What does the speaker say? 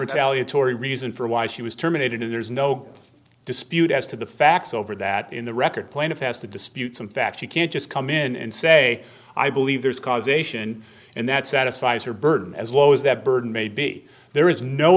retaliatory reason for why she was terminated and there's no dispute as to the facts over that in the record plaintiff has to dispute some facts she can't just come in and say i believe there's causation and that satisfies her burden as low as that burden may be there is no